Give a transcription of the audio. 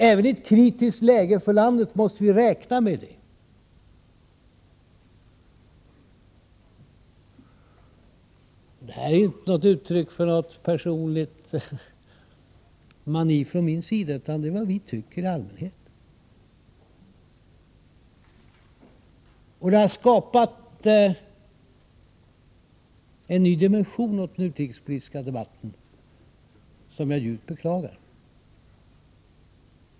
Även i ett för landet kritiskt läge måste vi räkna med det. Det här är inte uttryck för någon personlig mani från min sida, utan det är vad vi i allmänhet tycker. Det har åt den utrikespolitiska debatten skapat en ny dimension som jag djupt beklagar.